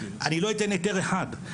אני לא אתן היתר אחד.